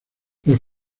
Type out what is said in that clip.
los